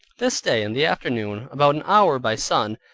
this day in the afternoon, about an hour by sun,